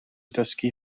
dysgu